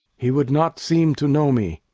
he would not seem to know me.